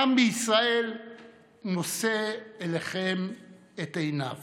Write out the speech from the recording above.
העם בישראל נושא אליכם את עיניו